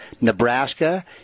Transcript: Nebraska